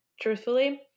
truthfully